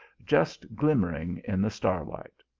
jus glimmering, in the starlight.